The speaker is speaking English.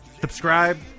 Subscribe